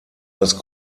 das